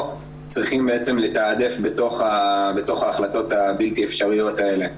צריכים בעצם לתעדף בתוך ההחלטות הבלתי אפשריות האלה.